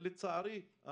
לצערי,